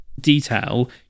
detail